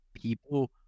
people